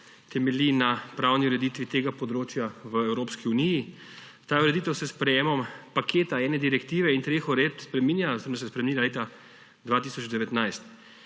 temelji na pravni ureditvi tega področja v Evropski uniji. Ta ureditev s sprejemom paketa ene direktive in treh uredb se je spremenila leta 2019.